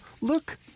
look